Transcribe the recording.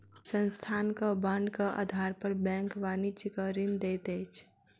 संस्थानक बांडक आधार पर बैंक वाणिज्यक ऋण दैत अछि